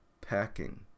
packing